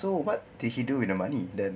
so what did he do with the money then